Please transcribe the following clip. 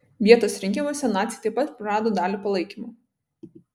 vietos rinkimuose naciai taip pat prarado dalį palaikymo